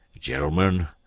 Gentlemen